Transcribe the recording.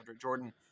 Jordan